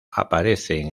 aparecen